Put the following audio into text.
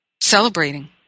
celebrating